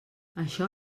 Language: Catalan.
això